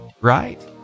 right